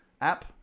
app